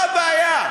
מה הבעיה?